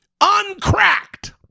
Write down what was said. uncracked